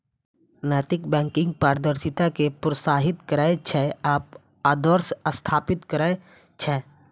नैतिक बैंकिंग पारदर्शिता कें प्रोत्साहित करै छै आ आदर्श स्थापित करै छै